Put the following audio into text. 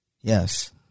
Yes